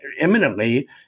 imminently